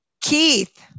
Keith